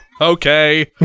Okay